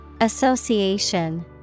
Association